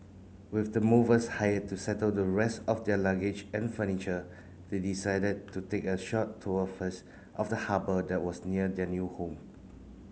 with the movers hired to settle the rest of their luggage and furniture they decided to take a short tour first of the harbour that was near their new home